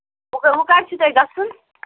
وۅنۍ وۅنۍ کَر چھُو تۄہہِ گژھُن